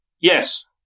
yes